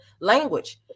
language